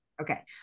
Okay